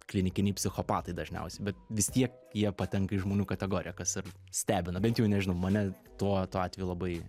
klinikiniai psichopatai dažniausiai bet vis tiek jie patenka į žmonių kategoriją kas ir stebina bent jau nežinau mane tuo tuo atveju labai